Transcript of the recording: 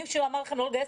מישהו אמר לכם לא לגייס?